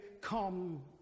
come